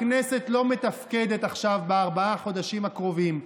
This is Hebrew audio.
הכנסת לא מתפקדת עכשיו, בארבעת החודשים הקרובים.